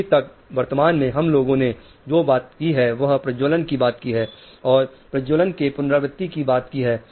अभी तक वर्तमान में हम लोगों ने जो बात की है वह प्रज्वलन की बात की है और प्रज्वलन के पुनरावृति की बात की है